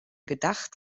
gedacht